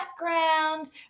background